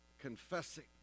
confessing